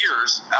years